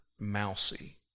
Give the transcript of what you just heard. mousy